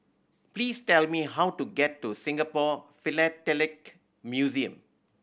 please tell me how to get to Singapore Philatelic Museum